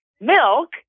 Milk